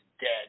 dead